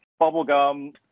bubblegum